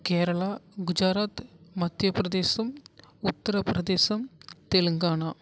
Kerala Gujarat Madhya Pradesh Uttar Pradesh Telangana